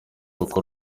koko